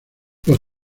los